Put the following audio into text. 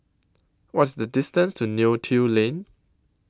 What IS The distance to Neo Tiew Lane